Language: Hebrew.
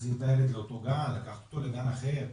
להחזיר את הילד לאותו גן, לקחת אותו לגן אחר,